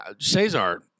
Cesar